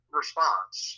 response